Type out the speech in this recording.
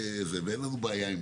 אם הם לא ערוכים, הם יכולים להתחיל?